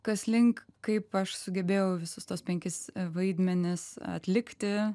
kas link kaip aš sugebėjau visus tuos penkis vaidmenis atlikti